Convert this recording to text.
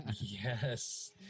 Yes